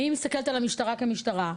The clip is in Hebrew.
אני מסתכלת על המשטרה כמשטרה.